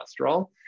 cholesterol